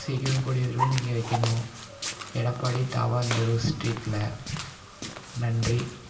சீக்கிரம் கூடிய விரைவில் நீங்கள் வைக்கணும் எடப்பாடி தாவாந்தூர் ஸ்ட்ரீட்டில் நன்றி